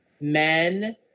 men